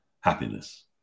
happiness